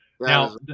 now